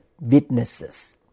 witnesses